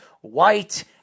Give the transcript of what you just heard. white